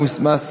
מי